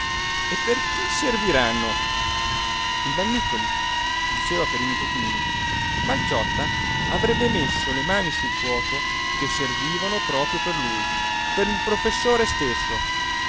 e per chi serviranno il vannícoli diceva per i nipotini ma il ciotta avrebbe messo le mani sul fuoco che servivano proprio per lui per il professore stesso